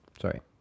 Sorry